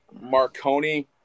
Marconi